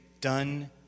done